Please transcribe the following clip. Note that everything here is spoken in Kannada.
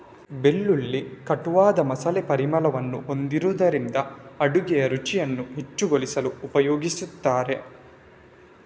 ಬೆಳ್ಳುಳ್ಳಿ ಕಟುವಾದ ಮಸಾಲೆ ಪರಿಮಳವನ್ನು ಹೊಂದಿರುವುದರಿಂದ ಅಡುಗೆಯ ರುಚಿಯನ್ನು ಹೆಚ್ಚುಗೊಳಿಸಲು ಉಪಯೋಗಿಸುತ್ತಾರೆ